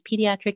Pediatric